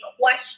question